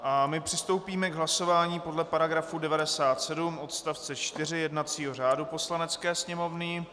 A my přistoupíme k hlasování podle § 97 odst. 4 jednacího řádu Poslanecké sněmovny.